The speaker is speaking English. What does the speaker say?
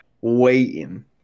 waiting